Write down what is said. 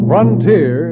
Frontier